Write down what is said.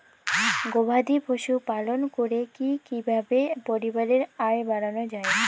গবাদি পশু পালন করে কি কিভাবে পরিবারের আয় বাড়ানো যায়?